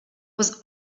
was